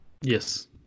Yes